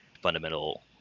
fundamental